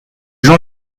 jean